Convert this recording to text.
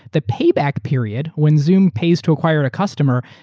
the payback period, when zoom pays to acquire a customer,